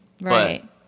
Right